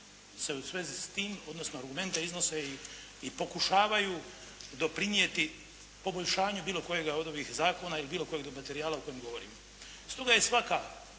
u svezi s tim, odnosno argumente iznose i pokušavaju doprinijeti poboljšanju bilo kojega od ovih zakona ili bilo kojeg do materijala o kojem govorim. Stoga je svaka,